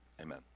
amen